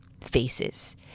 faces